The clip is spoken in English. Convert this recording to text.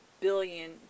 billion